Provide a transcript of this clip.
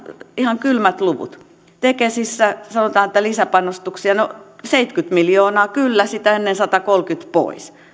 ihan kylmät luvut sanotaan että tekesissä lisäpanostuksia no seitsemänkymmentä miljoonaa kyllä sitä ennen satakolmekymmentä pois